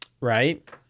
right